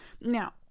Now